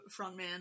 frontman